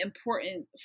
important